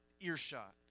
earshot